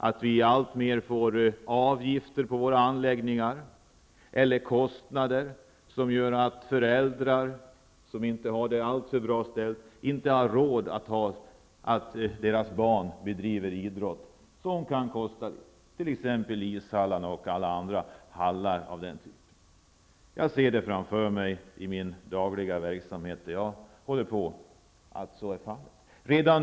Vi får alltmer avgifter på våra anläggningar eller kostnader som gör att föräldrar som inte har det allför bra ställt inte har råd att låta sina barn bedriva idrott som kan kosta. Det gäller t.ex. ishallar och alla andra hallar av den typen. Jag ser i min dagliga verksamhet att så är fallet.